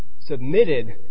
submitted